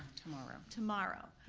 tomorrow. tomorrow,